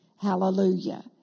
Hallelujah